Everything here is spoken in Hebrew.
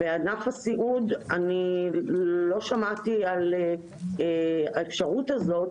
בענף הסיעוד אני לא שמעתי על האפשרות הזאת,